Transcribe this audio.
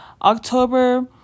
October